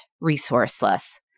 resourceless